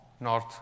north